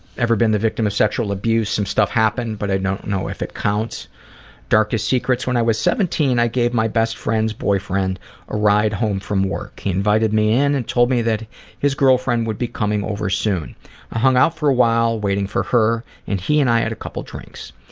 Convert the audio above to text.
ever been the victim of sexual abuse? some stuff happened but i don't know if it counts darkest secrets when i was seventeen i gave my best friend's boyfriend a ride home from work. he invited me in and told me that his girlfriend would be coming home soon. i hung out for a while waiting for her and he and i had a couple drinks.